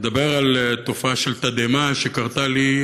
לדבר על תופעה של תדהמה שקרתה לי.